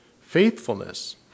faithfulness